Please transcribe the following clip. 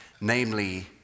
namely